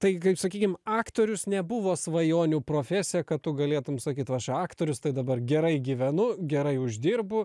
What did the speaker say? tai kaip sakykim aktorius nebuvo svajonių profesija kad tu galėtum sakyt aš aktorius tai dabar gerai gyvenu gerai uždirbu